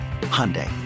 Hyundai